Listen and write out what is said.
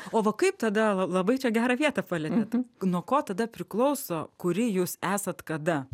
o va kaip tada labai čia gerą vietą palietėt nuo ko tada priklauso kuri jūs esat kada